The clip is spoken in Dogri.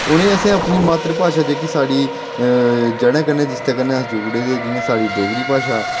उ'नें ईअसें अपनी मात्र भाशा जेह्की साढ़ी जड़ें कन्नै जिसदे कन्नै अस जुड़े दे जि'यां साढ़ी डोगरी भाशा